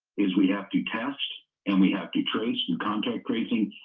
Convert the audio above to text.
is we have to test and we have to trace and contact tracing,